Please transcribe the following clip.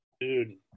Dude